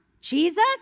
Jesus